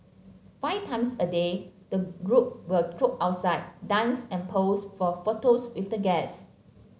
five times a day the group will trot outside dance and pose for photos with the guests